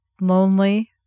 lonely